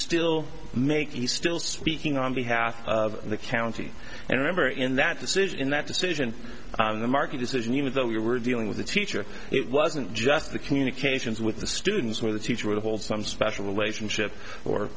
still make he still speaking on behalf of the county and a member in that decision in that decision the market decision even though you were dealing with the teacher it wasn't just the communications with the students where the teacher would hold some special relationship